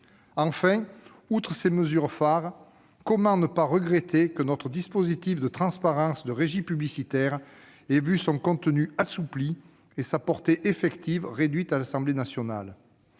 Enfin, outre ces mesures phares, comment ne pas regretter que notre dispositif de transparence des régies publicitaires ait vu son contenu assoupli et sa portée effective réduite à l'Assemblée nationale ?